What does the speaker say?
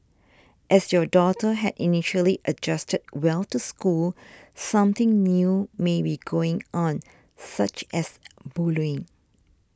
as your daughter had initially adjusted well to school something new may be going on such as bullying